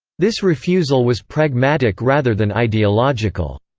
this refusal was pragmatic rather than ideological.